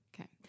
Okay